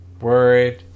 worried